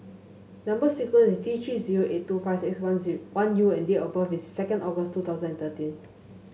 number sequence is T Three zero eight two five six one one U and date of birth is second August two thousand and thirteen